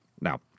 Now